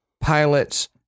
pilots